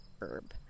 herb